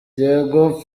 diego